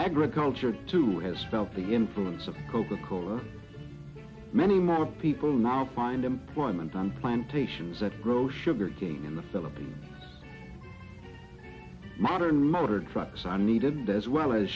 agriculture to has about the influence of coca cola many more people now find employment on plantations that grow sugar cane in the philippines modern motor trucks are needed as well as